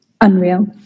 Unreal